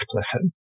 explicit